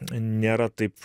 nėra taip